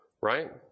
Right